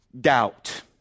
doubt